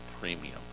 premium